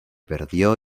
perdió